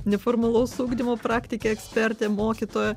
neformalaus ugdymo praktikė ekspertė mokytoja